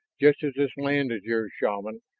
just as this land is yours, shaman.